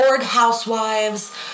housewives